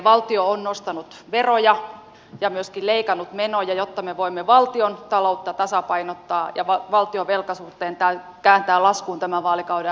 valtio on nostanut veroja ja myöskin leikannut menoja jotta me voimme valtiontaloutta tasapainottaa ja valtion velkasuhteen kääntää laskuun tämän vaalikauden aikana